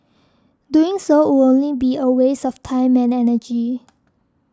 doing so would only be a waste of time and energy